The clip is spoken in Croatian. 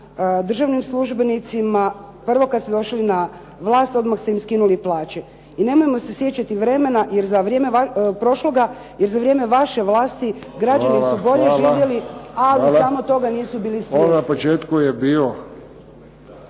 državnim službenicima, prvo kad ste došli na vlast odmah ste im skinuli plaće. I nemojmo se sjećati vremena prošloga jer za vrijeme vaše vlasti građani su bolje živjeli ali samo toga nisu bili svjesni.